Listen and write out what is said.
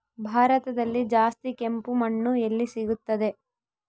ಭಾರತದಲ್ಲಿ ಜಾಸ್ತಿ ಕೆಂಪು ಮಣ್ಣು ಎಲ್ಲಿ ಸಿಗುತ್ತದೆ?